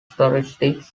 heuristics